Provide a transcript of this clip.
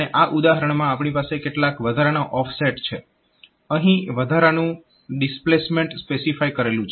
અને આ ઉદાહરણમાં આપણી પાસે કેટલાક વધારાના ઓફસેટ છે અહીં વધારાનું ડિસ્પ્લેસમેન્ટ સ્પેસિફાય કરેલું છે